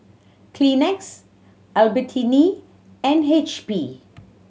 Kleenex Albertini and H P